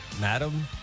Madam